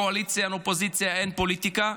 קואליציה, אין אופוזיציה, אין פוליטיקה.